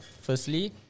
Firstly